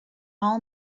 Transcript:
all